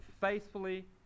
faithfully